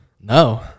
No